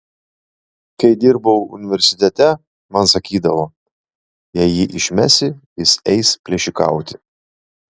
kai dirbau universitete man sakydavo jei jį išmesi jis eis plėšikauti